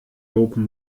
dopen